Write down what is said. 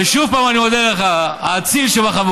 ושוב פעם אני מודה לך, האציל שבחבורה.